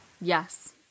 yes